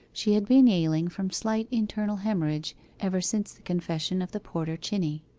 she had been ailing from slight internal haemorrhage ever since the confession of the porter chinney.